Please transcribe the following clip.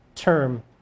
term